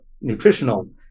nutritional